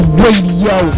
radio